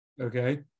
Okay